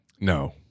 no